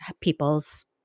people's